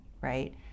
right